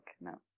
No